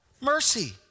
Mercy